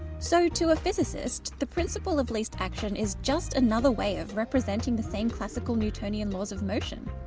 so to a physicist, the principle of least action is just another way of representing the same classical newtonian laws of motion.